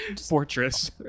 fortress